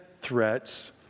threats